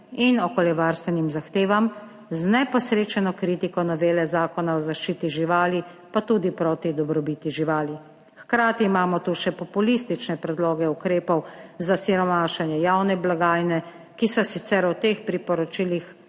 in okoljevarstvenim zahtevam. Z neposrečeno kritiko novele Zakona o zaščiti živali, pa tudi proti dobrobiti živali. Hkrati imamo tu še populistične predloge ukrepov za siromašenje javne blagajne, ki so sicer v teh priporočilih